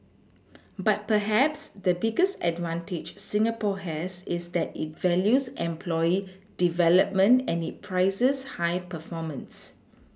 but perhaps the biggest advantage Singapore has is that it values employee development and it prizes high performance